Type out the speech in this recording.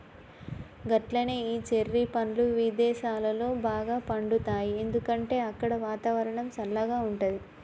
గట్లనే ఈ చెర్రి పండ్లు విదేసాలలో బాగా పండుతాయి ఎందుకంటే అక్కడ వాతావరణం సల్లగా ఉంటది